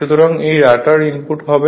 সুতরাং এটি rotor input হবে